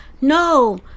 no